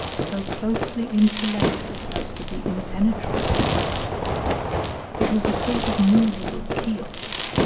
so closely interlaced as to be impenetrable to water it was a sort of movable kiosk